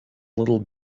little